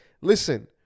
listen